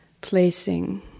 placing